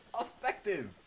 effective